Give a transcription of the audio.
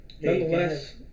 Nonetheless